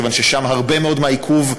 כיוון ששם הרבה מאוד מהעיכוב,